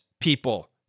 people